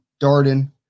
Darden